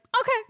okay